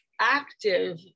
active